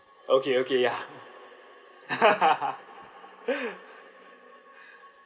okay okay ya